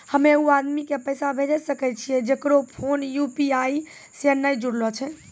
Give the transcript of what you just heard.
हम्मय उ आदमी के पैसा भेजै सकय छियै जेकरो फोन यु.पी.आई से नैय जूरलो छै?